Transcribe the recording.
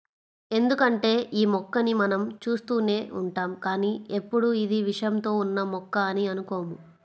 ఎందుకంటే యీ మొక్కని మనం చూస్తూనే ఉంటాం కానీ ఎప్పుడూ ఇది విషంతో ఉన్న మొక్క అని అనుకోము